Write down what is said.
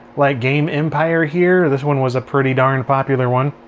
like game empire here. this one was a pretty darn popular one.